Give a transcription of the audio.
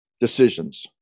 decisions